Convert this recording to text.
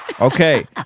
Okay